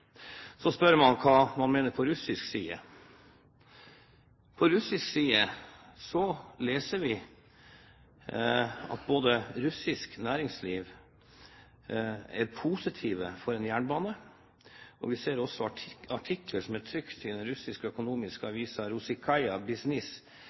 Så spør man hva man mener på russisk side. På russisk side leser vi at russisk næringsliv er positiv til en jernbane, og vi ser også at artikler trykt i den russiske økonomiske